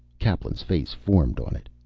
kaplan's face formed on it.